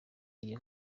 y’iyo